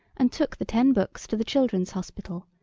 and took the ten books to the childrens' hospital,